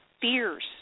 fears